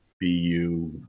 bu